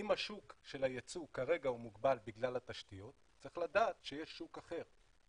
אם השוק של היצוא כרגע מוגבל בגלל התשתיות צריך לדעת שיש שוק אחר.